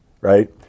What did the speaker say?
right